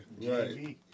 Right